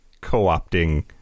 co-opting